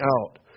out